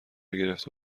گرفته